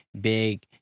big